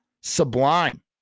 sublime